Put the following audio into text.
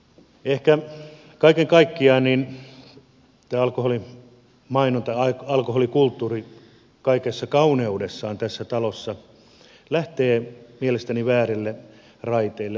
ehkä kaiken kaikkiaan tämä alkoholimainonta alkoholikulttuuri kaikessa kauneudessaan tässä talossa lähtee mielestäni väärille raiteille